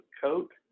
coat